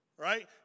Right